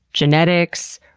genetics,